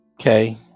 Okay